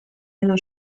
edo